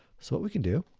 so what we can do,